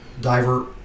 Diver